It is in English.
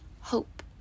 hope